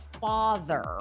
father